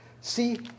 See